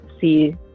see